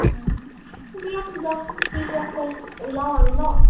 ও দিয়ক যা ঠিক আছে ওলাওঁ আৰু ন'